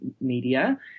media